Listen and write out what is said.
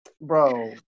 bro